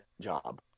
job